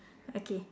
okay